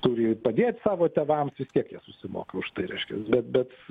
turi padėt savo tėvams vis tiek jie susimoki už tai reiškia bet bet